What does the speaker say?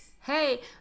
hey